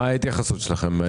מה ההתייחסות שלכם?